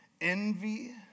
envy